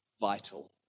vital